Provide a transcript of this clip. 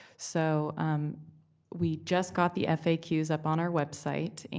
so we just got the faqs up on our website,